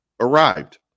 arrived